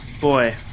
Boy